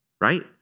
right